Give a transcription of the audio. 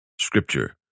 Scripture